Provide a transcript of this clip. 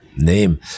name